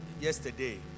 yesterday